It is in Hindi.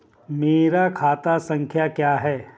मेरा खाता संख्या क्या है?